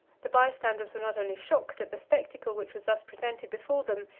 the by-standers were not only shocked at the spectacle which was thus presented before them,